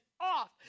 off